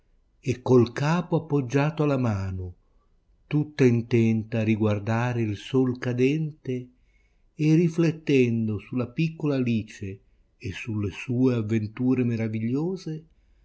e col capo appoggiato alla mano tutta intenta a riguardare il sol cadente e riflettendo sulla piccola alice e sulle sue avventure meravigliose